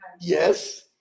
Yes